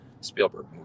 Spielberg